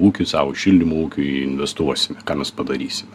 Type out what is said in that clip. ūkiui savu šildymo ūkiui investuosime ką mes padarysime